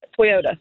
Toyota